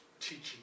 teaching